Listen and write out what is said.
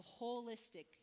holistic